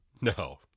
no